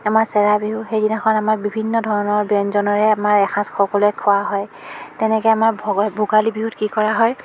আমাৰ চেৰা বিহু সেইদিনাখন আমাৰ বিভিন্ন ধৰণৰ ব্য়ঞ্জনেৰে আমাৰ এসাজ সকলোৱে খোৱা হয় তেনেকৈ আমাৰ ভোগৰ ভোগালী বিহুত কি কৰা হয়